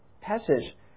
passage